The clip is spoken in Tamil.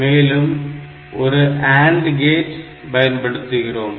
மேலும் ஒரு AND கேட் பயன்படுத்துகிறோம்